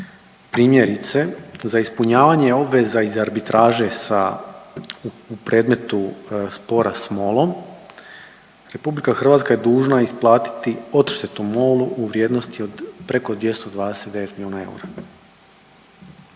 Primjerice za ispunjavanje obveza iz arbitraže sa u predmetu spora sa MOL-om RH je dužna isplatiti odštetu MOL-u u vrijednosti od preko 229 milijuna eura.